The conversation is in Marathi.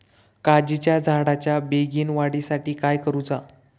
काजीच्या झाडाच्या बेगीन वाढी साठी काय करूचा?